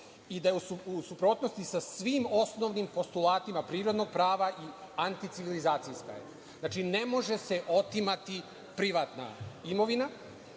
i da je u suprotnosti sa svim osnovnim postulatima privrednog prava i anticivilizacijska je. Znači, ne može se otimati privatna imovina.